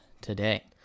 today